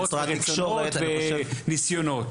ניסיונות.